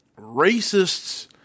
Racists